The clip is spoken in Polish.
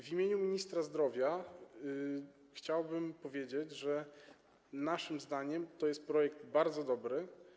W imieniu ministra zdrowia chciałbym powiedzieć, że naszym zdaniem to jest projekt bardzo dobry.